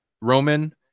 roman